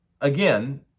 again